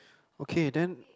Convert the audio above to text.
okay then